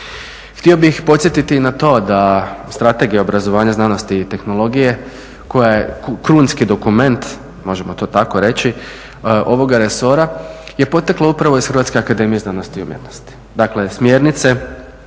Htio bih podsjetiti i na to da strategija obrazovanja znanosti i tehnologije koja je krunski dokument možemo to tako reći ovoga resora je poteklo upravo iz Hrvatske akademije znanosti i umjetnosti. Dakle, smjernice